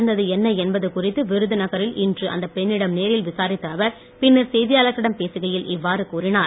நடந்த்து என்ன என்பது குறித்து விருதுநகரில் இன்று அந்த பெண்ணிடம் நேரில் விசாரித்த அவர் பின்னர் செய்தியாளர்களிடம் பேசுகையில் இவ்வாறு கூறினார்